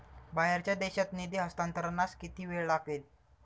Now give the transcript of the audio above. बाहेरच्या देशात निधी हस्तांतरणास किती वेळ लागेल?